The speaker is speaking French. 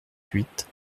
huit